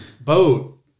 boat